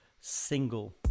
single